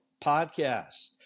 Podcast